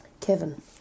Kevin